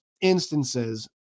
instances